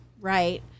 Right